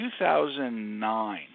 2009